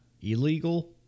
Illegal